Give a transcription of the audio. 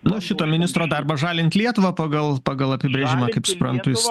nu šito ministro darbas žalint lietuvą pagal pagal apibrėžimą kaip suprantu jis